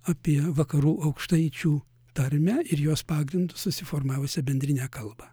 apie vakarų aukštaičių tarmę ir jos pagrindu susiformavusią bendrinę kalbą